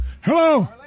Hello